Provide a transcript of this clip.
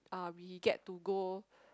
uh we get to go